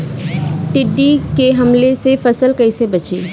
टिड्डी के हमले से फसल कइसे बची?